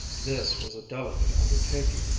this was a delicate undertaking,